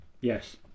Yes